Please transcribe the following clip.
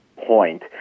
point